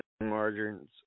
margins